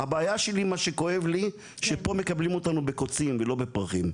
הבעיה שלי מה שכואב לי שפה מקבלים אותנו ב'קוצים ולא בפרחים',